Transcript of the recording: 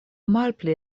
malpli